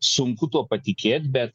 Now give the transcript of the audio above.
sunku tuo patikėt bet